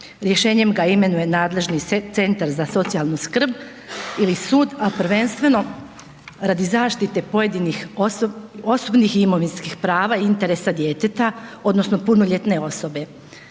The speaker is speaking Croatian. Rješenjem ga imenuje nadležni centar za socijalnu skrb ili sud, a prvenstveno, radi zaštite pojedinih osobnih i imovinskih prava i interesa djeteta, odnosno punoljetne osobe.